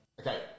Okay